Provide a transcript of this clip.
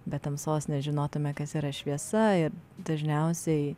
be tamsos nežinotume kas yra šviesa ir dažniausiai